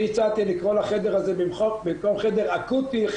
אני הצעתי לקרוא לחדר הזה במקום חדר אקוטי,